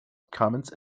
comments